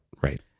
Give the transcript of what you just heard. Right